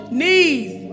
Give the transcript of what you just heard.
knees